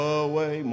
away